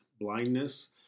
blindness